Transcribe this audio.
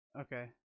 Okay